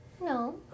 No